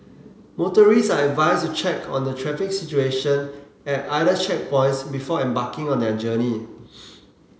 motorists are advised to check on the traffic situation at either checkpoints before embarking on their journey